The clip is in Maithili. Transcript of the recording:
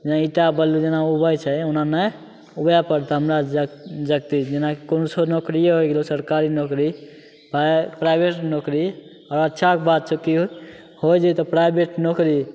जेना ईंटा बालू जेना उघै छै ओना नहि उघै पड़तहु हमरा जगती जेना कोनो छौ नौकरिए होइ गेलौ सरकारी नौकरी प्राइवेट नौकरी आओर अच्छाके बात छौ हौ कि हो जेतौ प्राइवेट नौकरी